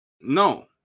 No